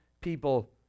people